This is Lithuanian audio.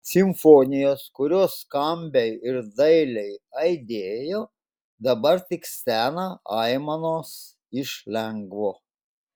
simfonijos kurios skambiai ir dailiai aidėjo dabar tik stena aimanos iš lengvo